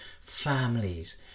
Families